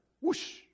Whoosh